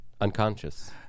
Unconscious